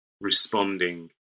responding